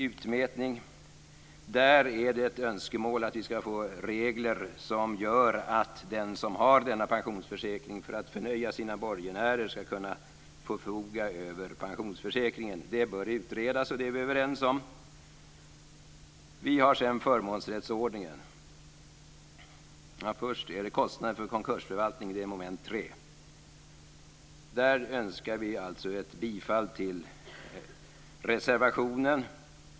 På den punkten är det ett önskemål att vi ska få regler som gör att den som har en sådan pensionsförsäkring ska kunna förfoga över den för att förnöja sina borgenärer. Detta bör utredas, och det är vi överens om. behandlas kostnader för konkursförvaltning. Där yrkar vi bifall till reservationen.